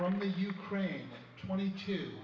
from the ukraine twenty two